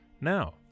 Now